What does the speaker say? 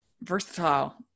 versatile